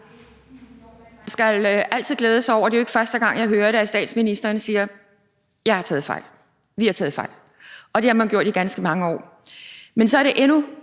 Man skal altid glæde sig over – og det er jo ikke første gang, jeg hører det – at statsministeren siger: Jeg har taget fejl; vi har taget fejl. Og det har man gjort i ganske mange år, men så er det endnu